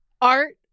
art